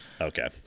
okay